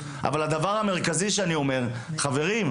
אבל הדבר המרכזי שאני אומר: חברים,